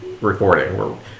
recording